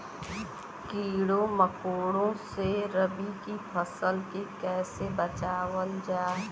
कीड़ों मकोड़ों से रबी की फसल के कइसे बचावल जा?